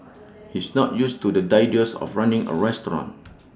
he's not used to the idea of running A restaurant